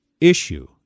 issue